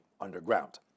underground